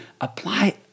apply